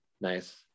nice